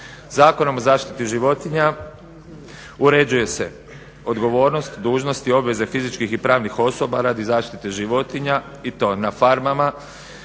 Zakonom o zaštiti životinja uređuje se odgovornost, dužnosti, obveze fizičkih i pravnih osoba radi zaštite životinja i to na farmama,